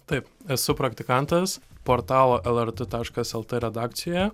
taip esu praktikantas portalo lrt taškas lt redakcijoje